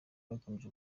bagamije